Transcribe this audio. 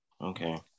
okay